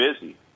busy